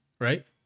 right